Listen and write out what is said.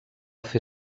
fer